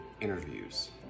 interviews